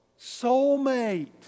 Soulmate